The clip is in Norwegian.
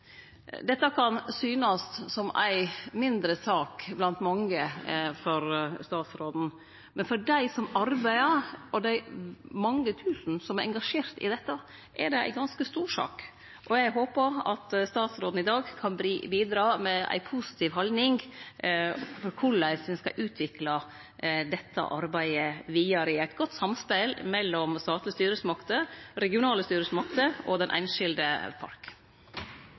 Dette kan synast som ei mindre sak blant mange for statsråden, men for dei som arbeider med det, og for dei mange tusen som er engasjerte i dette, er det ei ganske stor sak, og eg håper at statsråden i dag kan bidra med ei positiv haldning til korleis ein skal utvikle dette arbeidet vidare i eit godt samspel mellom statlege styresmakter, regionale styresmakter og den einskilde